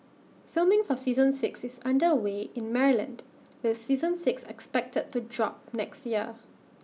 filming for season six is under way in Maryland with season six expected to drop next year